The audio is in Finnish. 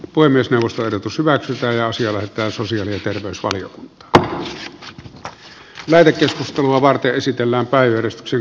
voi myös provosoida pysyvät sisällä asialla on sosiaali ja terveysvaliokunta tänä vuonna voisiko sanoa kaikilta osin